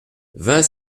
vingt